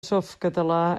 softcatalà